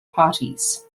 parties